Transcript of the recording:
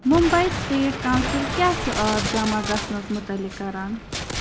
Mumbai state council کیٛاہ چھُ آب جمع گژھنس مُتعلِق کران